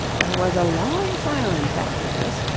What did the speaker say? there was a long silence after this,